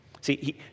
See